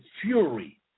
fury